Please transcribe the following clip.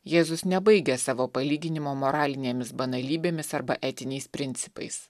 jėzus nebaigia savo palyginimo moralinėmis banalybėmis arba etiniais principais